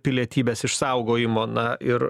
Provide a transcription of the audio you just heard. pilietybės išsaugojimo na ir